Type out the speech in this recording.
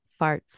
farts